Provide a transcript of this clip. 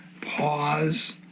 pause